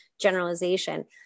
generalization